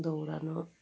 দৌড়ানো